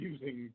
Using